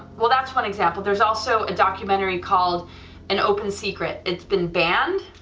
well that's one example, there's also a documentary called an open secret, it's been banned,